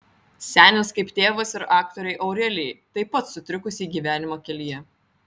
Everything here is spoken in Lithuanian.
senis kaip tėvas ir aktorei aurelijai taip pat sutrikusiai gyvenimo kelyje